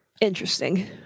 interesting